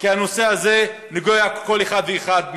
כי הנושא הזה נוגע לכל אחד ואחד מאיתנו.